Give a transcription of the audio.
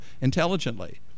intelligently